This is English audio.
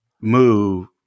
move